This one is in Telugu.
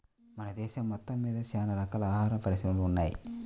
మన దేశం మొత్తమ్మీద చానా రకాల ఆహార పరిశ్రమలు ఉన్నయ్